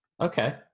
okay